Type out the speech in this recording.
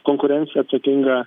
konkurenciją atsakinga